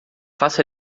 faça